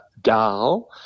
dal